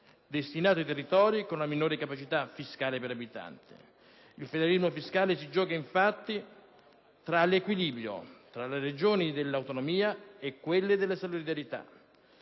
destinato ai territori con una minore capacità fiscale per abitante. Il federalismo fiscale si gioca, infatti, nell'equilibrio tra le ragioni dell'autonomia e quelle della solidarietà: